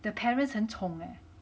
the parents 很宠